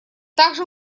также